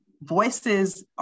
voices